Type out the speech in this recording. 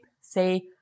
say